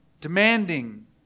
demanding